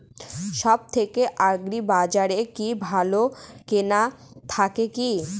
সব থেকে আগ্রিবাজারে কি ভালো কেনা যাবে কি?